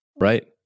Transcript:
Right